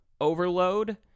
Overload